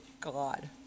God